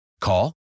Call